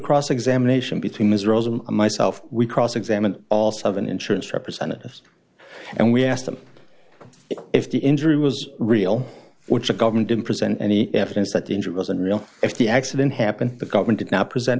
cross examination between israel's him myself we cross examined all seven insurance representatives and we asked them if the injury was real which the government didn't present any evidence that the injury was unreal if the accident happened the government did not present